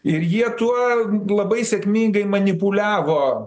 ir jie tuo labai sėkmingai manipuliavo